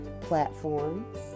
platforms